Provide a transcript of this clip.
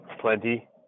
plenty